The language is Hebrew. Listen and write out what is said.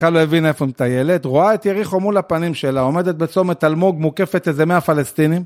קל להבין איפה מטיילת, רואה את יריחו מול הפנים שלה עומדת בצומת תלמוג מוקפת איזה מהפלסטינים